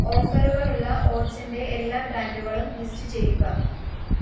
ഓഫറുകളുള്ള ഓട്സിൻ്റെ എല്ലാ ബ്രാൻഡുകളും ലിസ്റ്റ് ചെയ്യുക